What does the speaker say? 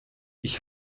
ich